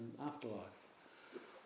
afterlife